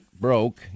broke